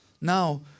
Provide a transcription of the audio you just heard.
Now